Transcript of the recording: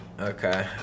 Okay